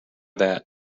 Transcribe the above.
that